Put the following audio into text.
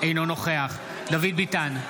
אינו נוכח דוד ביטן,